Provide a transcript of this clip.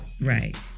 Right